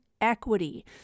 equity